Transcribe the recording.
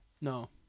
No